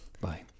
Bye